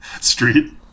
Street